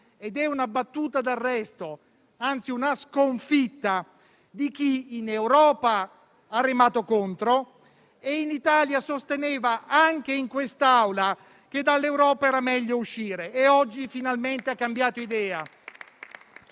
una battuta d'arresto, anzi una sconfitta, di chi in Europa ha remato contro e in Italia sosteneva, anche in quest'Aula, che dall'Europa era meglio uscire; e oggi finalmente ha cambiato idea.